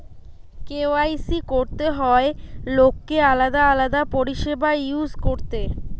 KYC করতে হয় লোককে আলাদা আলাদা পরিষেবা ইউজ করতে